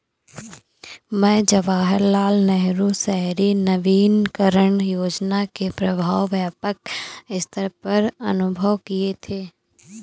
मैंने जवाहरलाल नेहरू शहरी नवीनकरण योजना के प्रभाव व्यापक सत्तर पर अनुभव किये थे